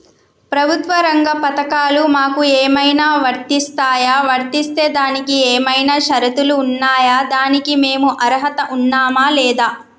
ప్రభుత్వ రంగ పథకాలు మాకు ఏమైనా వర్తిస్తాయా? వర్తిస్తే దానికి ఏమైనా షరతులు ఉన్నాయా? దానికి మేము అర్హత ఉన్నామా లేదా?